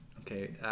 Okay